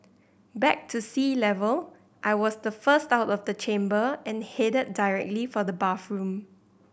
back to sea level I was the first out of the chamber and headed directly for the bathroom